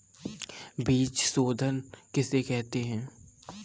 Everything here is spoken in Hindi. बीज शोधन किसे कहते हैं?